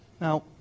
Now